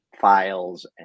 files